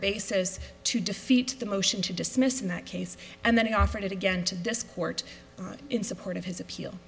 basis to defeat the motion to dismiss in that case and then offered it again to disport in support of his appeal